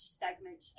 segment